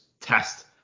test